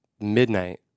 midnight